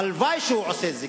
הלוואי שהוא היה עושה זיגזגים.